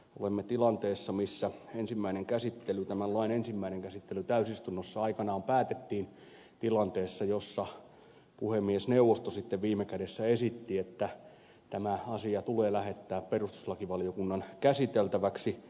olemme tilanteessa missä tämän lain ensimmäinen käsittely täysistunnossa aikanaan päätettiin tilanteessa jossa puhemiesneuvosto sitten viime kädessä esitti että tämä asia tulee lähettää perustuslakivaliokunnan käsiteltäväksi